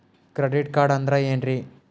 Credit card ಅಂದ್ರ ಏನ್ರೀ?